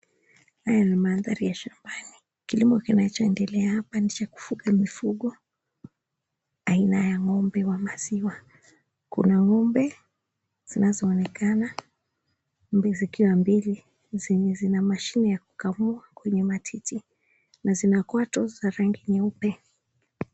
Haya ni mandhari ya shambani. Kilimo kinachoendelea hapa ni cha kufuga mifugo aina ya ng'ombe wa maziwa. Kuna ng'ombe zinazoonekana, ng'ombe zikiwa mbili zenye zina mashine ya kukamua kwenye matiti na zina kwato za rangi nyeupe.